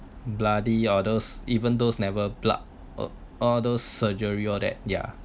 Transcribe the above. bloody or those even though never blood all those surgery all that yeah